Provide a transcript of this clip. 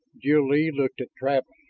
jil-lee looked at travis.